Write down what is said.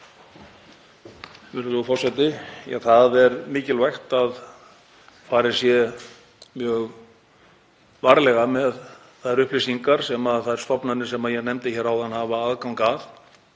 Það er mikilvægt að farið sé mjög varlega með þær upplýsingar sem þær stofnanir sem ég nefndi hér áðan hafa aðgang að